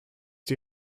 die